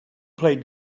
played